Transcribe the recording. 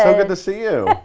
um good to see you